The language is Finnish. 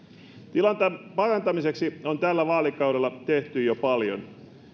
tilanteen parantamiseksi on tällä vaalikaudella tehty jo paljon